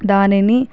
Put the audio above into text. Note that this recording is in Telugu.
దానిని